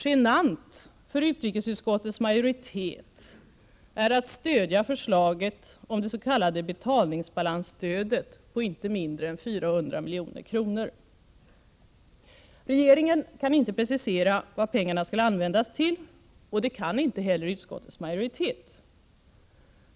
Genant för utrikesutskottets majoritet är att stödja förslaget om det s.k. betalningsbalansstödet på inte mindre än 400 milj.kr. Regeringen kan inte precisera vad pengarna skall användas till, och det kan inte heller utskottet.